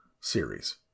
series